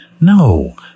no